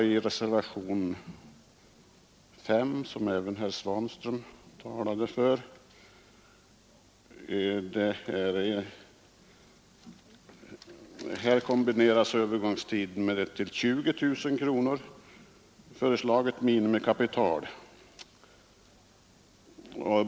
I reservationen 5 kombineras övergångstiden med ett till 20 000 kronor föreslaget minimikapital.